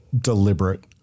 deliberate